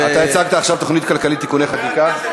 אתה הצגת עכשיו תוכנית כלכלית (תיקוני חקיקה)?